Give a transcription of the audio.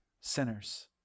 sinners